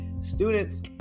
students